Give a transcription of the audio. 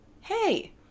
Hey